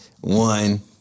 one